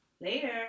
Later